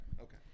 Okay